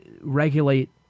regulate